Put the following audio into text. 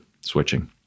switching